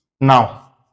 now